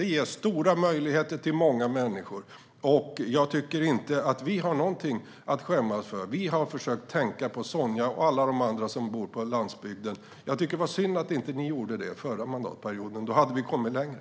Detta ger stora möjligheter till många människor, och jag tycker inte att vi har någonting att skämmas för. Vi har försökt tänka på Sonja och alla de andra som bor på landsbygden. Jag tycker att det är synd att inte ni gjorde det under den förra mandatperioden, Magnus Oscarsson. Då hade vi kommit längre.